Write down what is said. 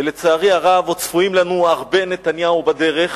ולצערי הרב עוד צפויים לנו הרבה נתניהו בדרך.